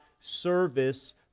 service